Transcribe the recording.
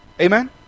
Amen